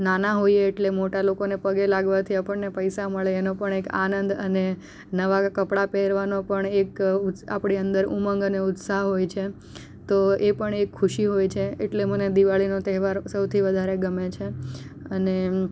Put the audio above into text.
નાના હોઈએ એટલે મોટા લોકોને પગે લાગવાથી આપણને પૈસા મળે એનો પણ એક આનંદ અને નવા કપડાં પહેરવાનો પણ એક આપણી અંદર ઉમંગ અને ઉત્સાહ હોય છે તો એ પણ એક ખુશી હોય છે એટલે મને દિવાળીનો તહેવાર સૌથી વધારે ગમે છે અને